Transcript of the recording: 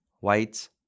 whites